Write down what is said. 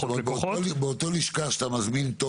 וכפי שאנחנו שומעים המצב הזה לא קרה,